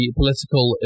political